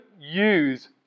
use